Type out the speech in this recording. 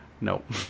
Nope